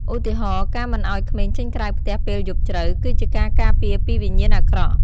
ឧទាហរណ៍ ការមិនឲ្យក្មេងចេញក្រៅផ្ទះពេលយប់ជ្រៅ គឺជាការការពារពីវិញ្ញាណអាក្រក់ ។